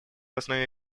основе